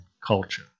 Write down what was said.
culture